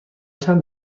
چند